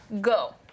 Go